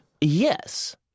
Yes